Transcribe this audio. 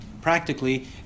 practically